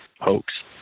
hoax